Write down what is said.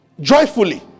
Joyfully